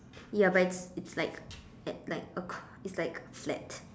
ya but it's it's like at like a it's like flat